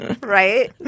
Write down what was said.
Right